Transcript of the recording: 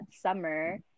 summer